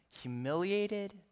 humiliated